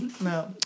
No